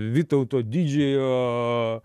vytauto didžiojo